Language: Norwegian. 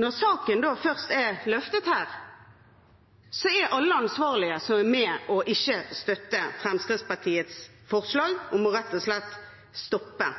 når saken først er løftet her, er alle som ikke er med på å støtte Fremskrittspartiets forslag om rett og slett å stoppe